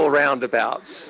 roundabouts